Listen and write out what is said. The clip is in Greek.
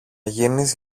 γίνεις